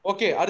Okay